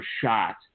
shot